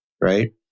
right